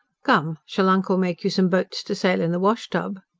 come, shall uncle make you some boats to sail in the wash-tub?